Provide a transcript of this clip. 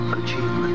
achievement